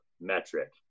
metric